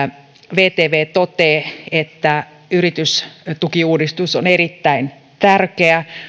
vtv toteaa että yritystukiuudistus on erittäin tärkeä